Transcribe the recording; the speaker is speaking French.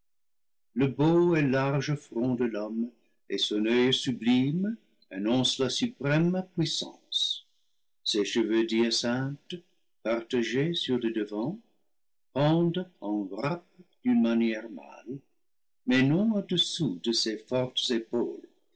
le beau et large front de l'homme et son oeil sublime annoncent la suprême puissance ses cheveux d'hyacinthe partagés sur le devant pendent en grappe d'une manière mâle mais non audessous de ses fortes épaules